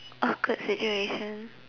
awkward situation